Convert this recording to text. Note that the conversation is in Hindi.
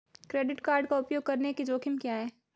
क्रेडिट कार्ड का उपयोग करने के जोखिम क्या हैं?